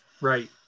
Right